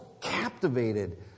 captivated